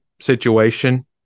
Situation